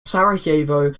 sarajevo